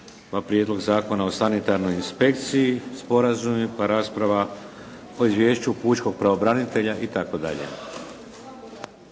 Prijedlog zakona o sanitarnoj inspekciji, sporazumi pa rasprava o Izvješću pučkog pravobranitelja itd.